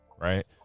right